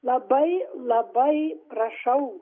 labai labai prašau